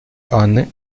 анны